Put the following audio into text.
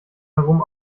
herum